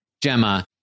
Gemma